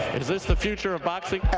and is this the future of boxing?